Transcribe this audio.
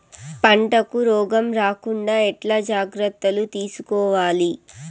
పంటకు రోగం రాకుండా ఎట్లా జాగ్రత్తలు తీసుకోవాలి?